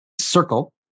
Circle